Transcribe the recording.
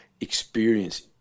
experience